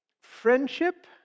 friendship